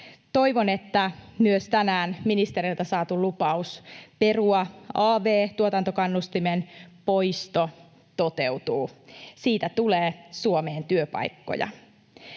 Toivon, että myös tänään ministereiltä saatu lupaus perua av-tuotantokannustimen poisto toteutuu. Siitä tulee Suomeen työpaikkoja.